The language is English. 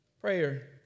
Prayer